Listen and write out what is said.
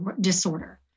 disorder